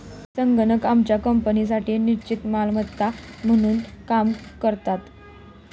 संगणक आमच्या कंपनीसाठी निश्चित मालमत्ता म्हणून काम करतात